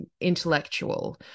Intellectual